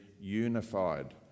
unified